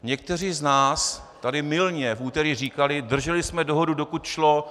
Někteří z nás tady mylně v úterý říkali: Drželi jsme dohodu, dokud to šlo.